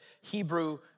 Hebrew